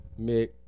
Mick